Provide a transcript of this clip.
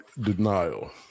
Denial